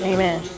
Amen